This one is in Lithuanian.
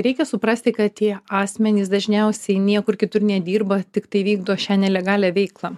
reikia suprasti kad tie asmenys dažniausiai niekur kitur nedirba tiktai vykdo šią nelegalią veiklą